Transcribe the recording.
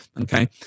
Okay